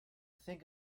think